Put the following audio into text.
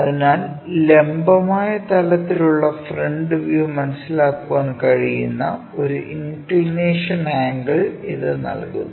അതിനാൽ ലംബമായ തലത്തിലുള്ള ഫ്രണ്ട് വ്യൂ മനസ്സിലാക്കാൻ കഴിയുന്ന ഒരു ഇൻക്ക്ളിനേഷൻ ആംഗിൾ ഇത് നൽകുന്നു